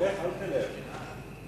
בוועדת הכספים נתקבלה.